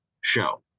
show